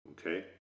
Okay